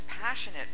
passionate